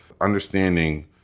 understanding